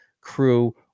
crew